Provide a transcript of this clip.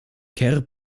kerr